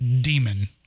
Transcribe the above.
demon